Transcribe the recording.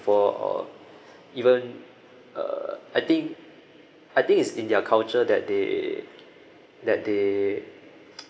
for or even uh I think I think is in their culture that they that they